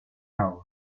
tour